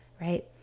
right